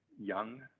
young